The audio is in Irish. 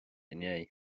inné